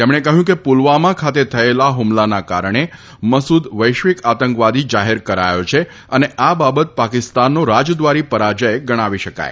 તેમણે કહ્યું કે પુલવામા ખાતે થયેલા હુમલાના કારણે મસુદ વૈશ્વિક આતંકવાદી જાહેર કરાયો છે અને આ બાબત પાકિસ્તાનનો રાજદ્વારી પરાજય ગણાવી શકાય